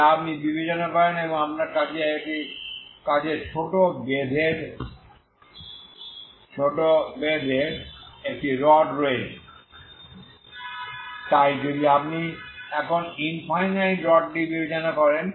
যা আপনি বিবেচনা করেন এবং আপনার কাছে ছোট বেধের একটি রড রয়েছে তাই যদি আপনি এখন ইনফাইনাইট রডটি বিবেচনা করেন